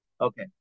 Okay